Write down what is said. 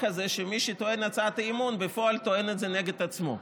הזה שמי שטוען הצעת אי-אמון בפועל טוען את זה נגד עצמו.